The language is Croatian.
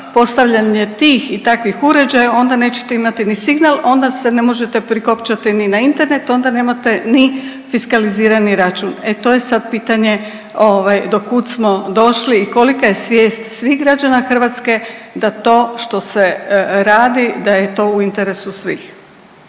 postavljanje tih i takvih uređaja onda nećete imati ni signal, onda se ne možete prikopčati ni na Internet, onda nemate ni fiskalizirani račun. E to je sad pitanje do kud smo došli i kolika je svijest svih građana Hrvatske da to što se radi da je to u interesu svih.